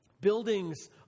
Buildings